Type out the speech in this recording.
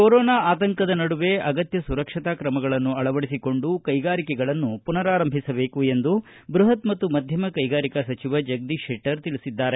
corona ಆತಂಕದ ನಡುವೆ ಅಗತ್ತ ಸುರಕ್ಷತಾ ಕ್ರಮಗಳನ್ನು ಅಳವಡಿಸಿಕೊಂಡು ಕೈಗಾರಿಕೆಗಳನ್ನು ಪುನರಾರಂಭಿಸಬೇಕು ಎಂದು ಬೃಹತ್ ಮತ್ತು ಮಧ್ಯಮ ಕೈಗಾರಿಕಾ ಸಚಿವ ಜಗದೀಶ್ ಶೆಟ್ಟರ್ ತಿಳಿಸಿದ್ದಾರೆ